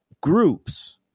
groups